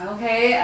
Okay